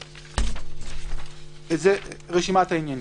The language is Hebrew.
התש"ן-.1990." זו רשימת העניינים.